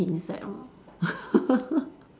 eat insect lor